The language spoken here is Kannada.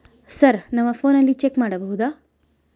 ಸರ್ ನಮ್ಮ ಫೋನಿನಲ್ಲಿ ಚೆಕ್ ಮಾಡಬಹುದಾ?